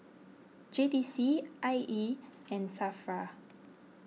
J T C I E and Safra